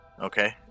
Okay